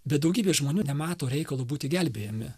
bet daugybė žmonių nemato reikalo būti gelbėjami